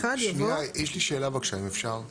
שנייה, יש לי שאלה אחת, אם אפשר.